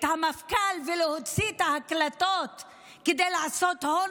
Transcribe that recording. המפכ"ל ולהוציא את ההקלטות כדי לעשות הון